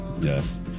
yes